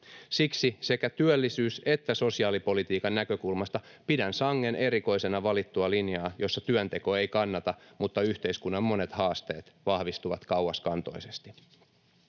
Siksi sekä työllisyys‑ että sosiaalipolitiikan näkökulmasta pidän sangen erikoisena valittua linjaa, jossa työnteko ei kannata mutta yhteiskunnan monet haasteet vahvistuvat kauaskantoisesti.